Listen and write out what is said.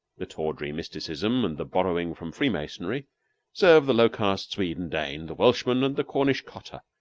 the tawdry mysticism and the borrowing from freemasonry serve the low caste swede and dane, the welshman and the cornish cotter,